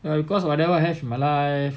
because whatever I have in my life